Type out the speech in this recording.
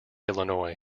illinois